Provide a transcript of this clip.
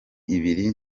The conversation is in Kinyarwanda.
ibiri